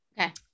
Okay